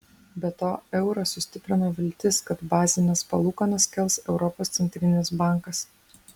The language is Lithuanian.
be to eurą sustiprino viltis kad bazines palūkanas kels europos centrinis bankas